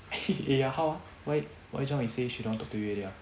ya how why why zhang wei say she don't want to talk to you already ah